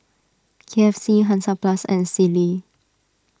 K F C Hansaplast and Sealy